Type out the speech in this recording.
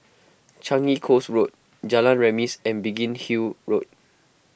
Changi Coast Road Jalan Remis and Biggin Hill Road